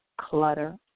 clutter